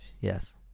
Yes